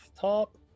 top